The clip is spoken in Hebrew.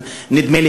נדמה לי,